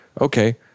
Okay